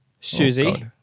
Susie